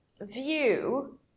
view